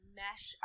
mesh